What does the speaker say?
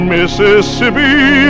Mississippi